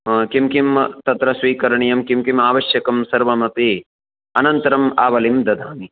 किं किं तत्र स्वीकरणीयं किं किम् आवश्यकं सर्वमपि अनन्तरम् आवलिं ददामि